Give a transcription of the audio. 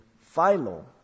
Philo